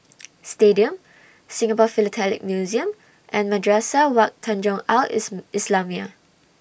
Stadium Singapore Philatelic Museum and Madrasah Wak Tanjong Al IS Islamiah